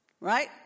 Right